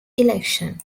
election